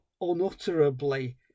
unutterably